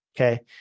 Okay